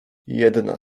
jedna